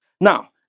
Now